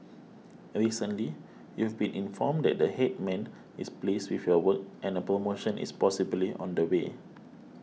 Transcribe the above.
recently you've been informed that the Headman is pleased with your work and a promotion is possibly on the way